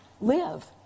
live